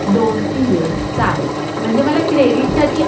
दोनतीन दिवस चालेल म्हणजे मला क्रेडिटसाठी